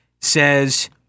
says